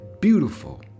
beautiful